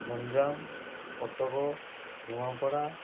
Ganjam Cuttack Nuapada